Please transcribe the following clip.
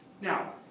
Now